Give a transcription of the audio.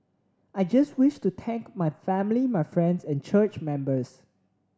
I just wish to thank my family my friends and church members